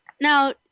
now